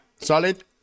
Solid